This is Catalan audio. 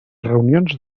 reunions